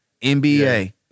NBA